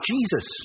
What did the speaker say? Jesus